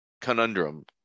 conundrum